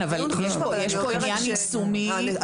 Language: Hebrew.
יש כאן עניין יישומי.